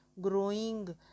growing